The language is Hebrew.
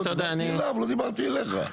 תודה רבה.